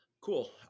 Cool